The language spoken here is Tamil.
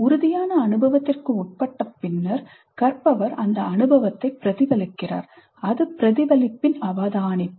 உறுதியான அனுபவத்திற்கு உட்பட்ட பின்னர் கற்பவர் அந்த அனுபவத்தை பிரதிபலிக்கிறார் அது பிரதிபலிப்பின் அவதானிப்பு